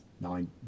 nine